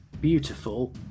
beautiful